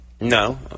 No